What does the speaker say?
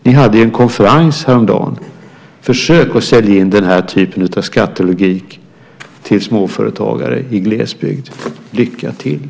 Ni hade en konferens häromdagen. Försök att sälja in den här typen av skattelogik till småföretagare i glesbygd. Lycka till!